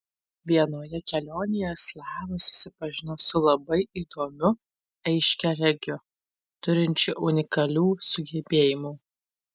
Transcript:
vienoje kelionėje slava susipažino su labai įdomiu aiškiaregiu turinčiu unikalių sugebėjimų